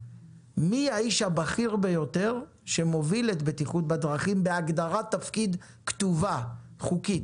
מי האיש הבכיר ביותר שמוביל את בטיחות בדרכים בהגדרת תפקיד כתובה חוקית?